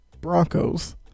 broncos